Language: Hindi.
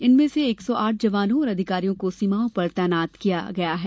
इनमें से एक सौ आठ जवानो और अधिकारियों को सीमाओं पर तैनात किया गया है